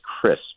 crisp